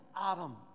Adam